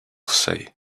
say